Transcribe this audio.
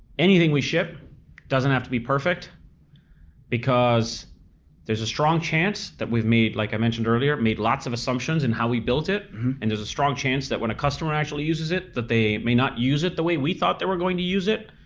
anything we ship doesn't have to be perfect because there's a strong chance that we've made, like i mentioned earlier, made lots of assumptions in how we built it and there's a strong chance that when a customer actually uses it that they may not use it the way we thought they were going to use it.